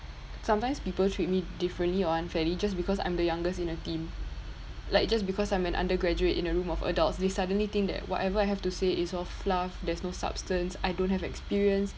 sometimes people treat me differently or unfairly just because I'm the youngest in the team like just because I'm an undergraduate in a room of adults they suddenly think that whatever I have to say it's all fluff there's no substance I don't have experience